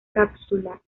cápsula